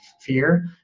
fear